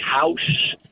house